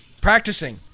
practicing